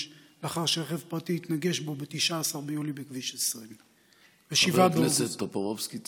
לאחר שרכב פרטי התנגש בו ב-19 ביולי בכביש 20. חבר הכנסת טופורובסקי,